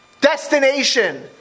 destination